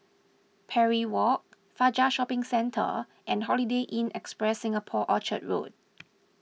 Parry Walk Fajar Shopping Centre and Holiday Inn Express Singapore Orchard Road